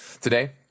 today